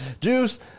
Juice